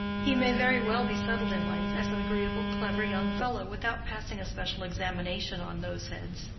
he may very well be settled in life as an agreeable clever young fellow without passing a special examination on those heads.